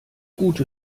gute